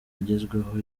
agezweho